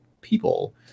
people